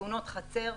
תאונות חצר,